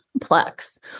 complex